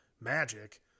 magic